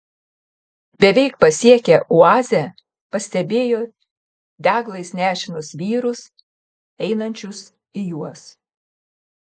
beveik pasiekę oazę pastebėjo deglais nešinus vyrus einančius į juos